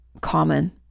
common